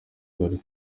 gore